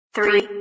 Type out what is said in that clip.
Three